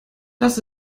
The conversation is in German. das